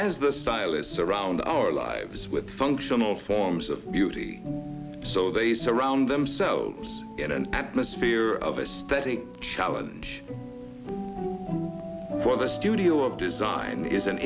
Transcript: as the stylists around our lives with functional forms of beauty so they surround themselves in an atmosphere of a static challenge for the studio of design is an